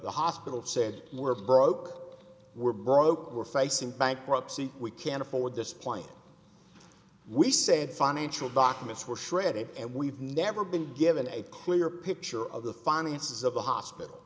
the hospital said we're broke we're broke we're facing bankruptcy we can't afford this point we said financial documents were shredded and we've never been given a clear picture of the finances of the hospital